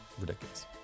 Ridiculous